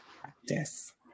practice